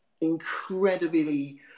incredibly